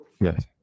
Yes